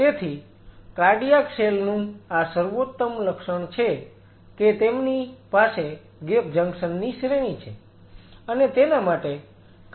તેથી cardiac cell નું આ સર્વોતમ લક્ષણ છે કે તેમની પાસે ગેપ જંકશન ની શ્રેણી છે અને તેના માટે કારણ પણ છે